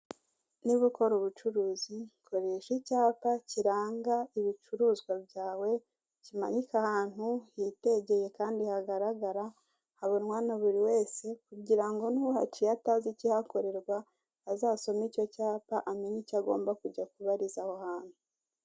Niba ukora ubucuruzi koresha icyapa kiranga ibicuruzwa byawe ukimanike ahantu hitegeye kandi hagaragara habonwa na buri wese kugira ngo n'uhaciye atazi ikihakorewa azasome icyo cyapa amenye icyo agomba kujya kubariza aho hantu.